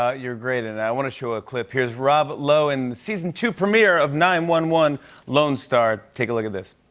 ah you're great in it. i want to show a clip. here's rob lowe in the season two premiere of nine one one lone star. take a look at this.